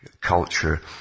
culture